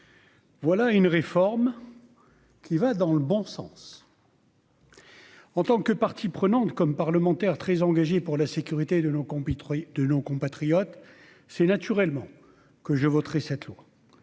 Voilà une réforme qui va dans le bon sens. En tant que partie prenante comme parlementaires très engagés pour la sécurité de nos con pitreries de nos compatriotes, c'est naturellement que je voterai cette 7